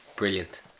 brilliant